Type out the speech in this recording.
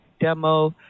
demo